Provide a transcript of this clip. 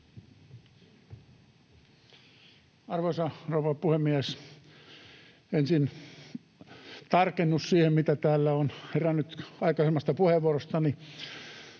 Arvoisa rouva puhemies! Ensin tarkennus siihen, mitä täällä on herännyt aikaisemmasta puheenvuorostani: